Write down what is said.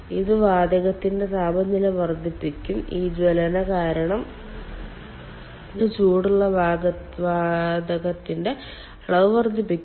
ഇത് വാതകത്തിന്റെ താപനില വർദ്ധിപ്പിക്കും ഈ ജ്വലനം കാരണം ഇത് ചൂടുള്ള വാതകത്തിന്റെ അളവ് വർദ്ധിപ്പിക്കും